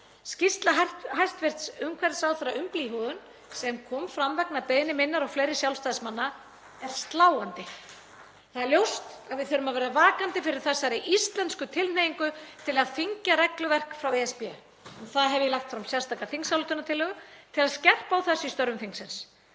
Skýrsla hæstv. umhverfisráðherra um blýhúðun, sem kom fram vegna beiðni minnar og fleiri sjálfstæðismanna, er sláandi. Það er ljóst að við þurfum að vera vakandi fyrir þessari íslensku tilhneigingu til að þyngja regluverk frá ESB. Um það hef ég lagt fram sérstaka þingsályktunartillögu til að skerpa á þessu í störfum þingsins.